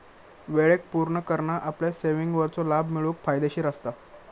वेळेक पुर्ण करना आपल्या सेविंगवरचो लाभ मिळवूक फायदेशीर असता